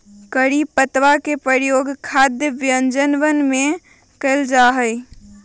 करी पत्तवा के प्रयोग खाद्य व्यंजनवन में कइल जाहई